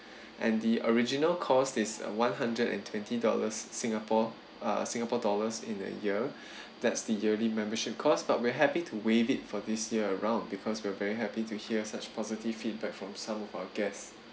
and the original cost is uh one hundred and twenty dollars singapore uh singapore dollars in a year that's the yearly membership cost but we're happy to waive it for this year around because we are very happy to hear such positive feedback from some of our guests